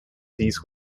seized